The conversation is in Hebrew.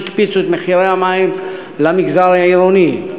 שהקפיצו את מחירי המים למגזר העירוני.